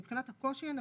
מבחינת הקושי הנפשי,